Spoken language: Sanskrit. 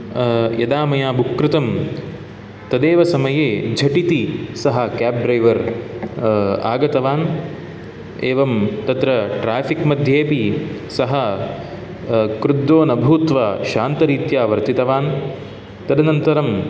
यदा मया बुक् कृतं तदेव समये झटिति सः केब् ड्रैवर् आगतवान् एवं तत्र ट्राफ़िक् मध्येपि सः क्रुद्धो न भूत्वा शान्तरीत्या वर्तितवान् तदनन्तरं